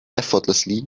effortlessly